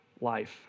life